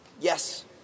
Yes